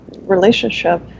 relationship